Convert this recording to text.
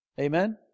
Amen